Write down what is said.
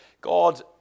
God